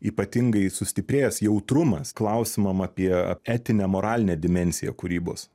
ypatingai sustiprėjęs jautrumas klausimam apie etinę moralinę dimensiją kūrybos